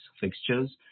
fixtures